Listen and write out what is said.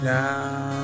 now